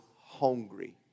hungry